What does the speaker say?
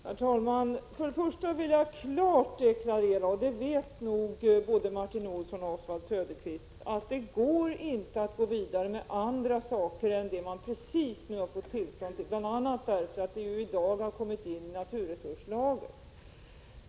Herr talman! För det första vill jag klart deklarera — och det vet nog både Martin Olsson och Oswald Söderqvist — att man inte kan gå vidare med annat än det man precis nu fått tillstånd till, bl.a. därför att det i dag har kommit till en naturresurslag.